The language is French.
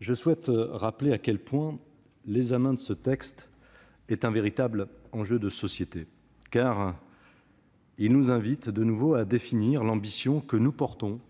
je souhaite rappeler à quel point l'examen de ce texte est un véritable enjeu de société, car il nous invite de nouveau à définir l'ambition que nous assumons